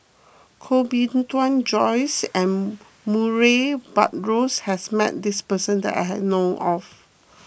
Koh Bee Tuan Joyce and Murray Buttrose has met this person that I know of